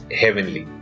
heavenly